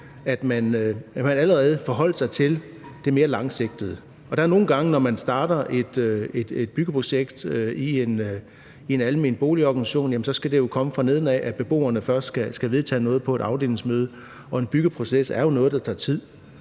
at man allerede forholdt sig til det mere langsigtede? Det er nogle gange sådan, når man starter et byggeprojekt i en almen boligorganisation, at det jo skal komme fra neden af, at beboerne først skal vedtage noget på et afdelingsmøde, og en byggeproces er jo noget, der tager tid.